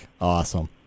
Awesome